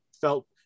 felt